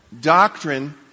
doctrine